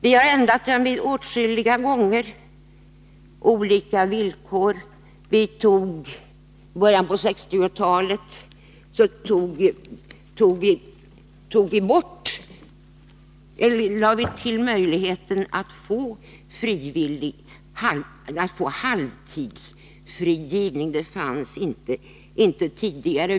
Vi har ändrat villkoren åtskilliga gånger. I början av 1960-talet lade vi till möjligheten att få halvtidsfrigivning. Det fanns inte tidigare.